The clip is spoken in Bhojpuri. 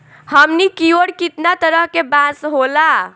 हमनी कियोर कितना तरह के बांस होला